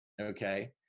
Okay